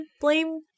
blame